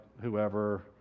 whoever